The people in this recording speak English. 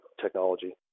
technology